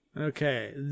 Okay